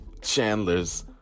Chandler's